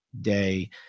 day